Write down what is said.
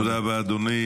תודה רבה אדוני.